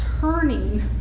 turning